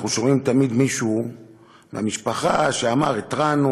אנחנו שומעים תמיד מישהו מהמשפחה שאמר: התרענו,